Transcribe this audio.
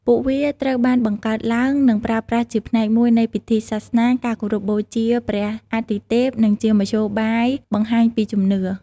ពួកវាត្រូវបានបង្កើតឡើង និងប្រើប្រាស់ជាផ្នែកមួយនៃ ពិធីសាសនា ការគោរពបូជាព្រះអាទិទេព និងជាមធ្យោបាយបង្ហាញពីជំនឿ។